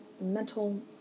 mental